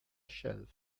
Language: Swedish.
själv